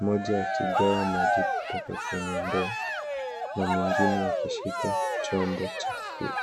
mmoja akigawa maji kutoka kwenye ndoo na mwingine akishika chombo cha ku .